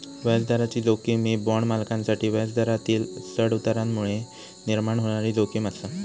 व्याजदराची जोखीम ही बाँड मालकांसाठी व्याजदरातील चढउतारांमुळे निर्माण होणारी जोखीम आसा